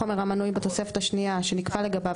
חומר המנוי בתוספת השנייה שנקבע לגביו